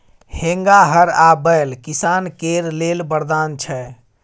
हेंगा, हर आ बैल किसान केर लेल बरदान छै